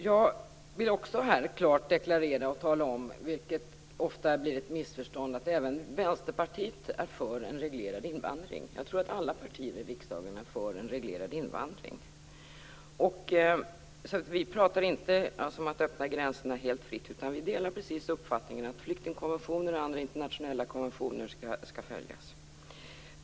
Jag vill också klart deklarera och tala om, vilket ofta blir ett missförstånd, att även Vänsterpartiet är för en reglerad invandring. Jag tror att alla partier i riksdagen är för en reglerad invandring. Vi pratar inte om att öppna gränserna helt fritt. Vi delar uppfattningen att flyktingkonventioner och andra internationella konventioner skall följas.